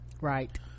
right